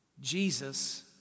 Jesus